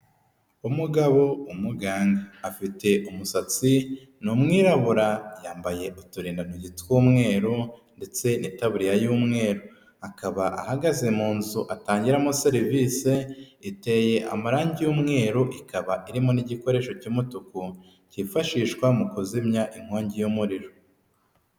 Umugabo w'umuganga, afite umusatsi, ni umwirabura, yambaye uturindantoki tw'umweru, ndetse n'itaburiya y'umweru, akaba ahagaze mu nzu atangiramo serivisi, iteye amarangi y'umweru, ikaba irimo n'igikoresho cy'umutuku kifashishwa mu kuzimya inkongi y'umuriro.